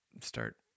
start